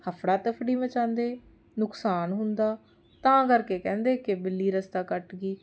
ਹਫੜਾ ਦਫੜੀ ਮਚਾਉਂਦੇ ਨੁਕਸਾਨ ਹੁੰਦਾ ਤਾਂ ਕਰਕੇ ਕਹਿੰਦੇ ਕਿ ਬਿੱਲੀ ਰਸਤਾ ਕੱਟ ਗਈ